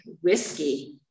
whiskey